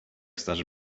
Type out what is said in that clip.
starzy